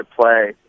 play